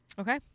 Okay